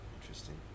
Interesting